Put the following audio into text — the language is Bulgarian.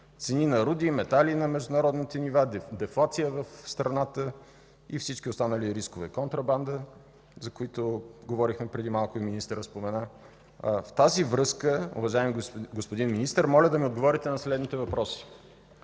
цени на руди и метали на международните нива, дефлация в страната и всички останали рискове – контрабанда, за които говорихме преди малко и министърът спомена. В тази връзка, уважаеми господин Министър, моля да ми отговорите на следните въпроси: